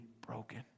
broken